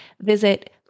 Visit